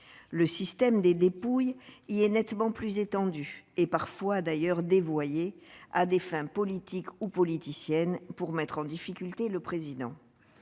Le système des dépouilles y est nettement plus étendu, et l'audition parfois d'ailleurs dévoyée à des fins politiques ou politiciennes pour mettre en difficulté le président.